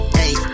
hey